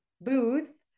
booth